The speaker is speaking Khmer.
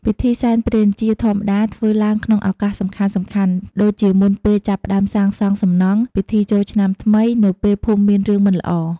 ពិធីសែនព្រេនជាធម្មតាធ្វើឡើងក្នុងឱកាសសំខាន់ៗ ដូចជាមុនពេលចាប់ផ្តើមសាងសង់សំណង់ ពិធីចូលឆ្នាំថ្មីនៅពេលភូមិមានរឿងមិនល្អ ។